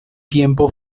tiempo